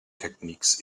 techniques